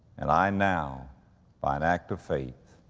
and i now by an act of faith